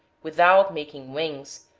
without making wings,